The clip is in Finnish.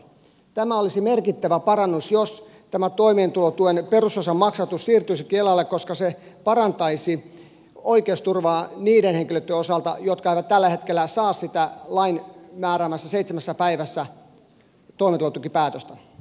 tämä olisi merkittävä parannus jos tämä toimeentulotuen perusosan maksatus siirtyisi kelalle koska se parantaisi oikeusturvaa niiden henkilöitten osalta jotka eivät tällä hetkellä saa lain määräämässä seitsemässä päivässä sitä toimeentulotukipäätöstä